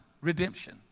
redemption